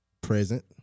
present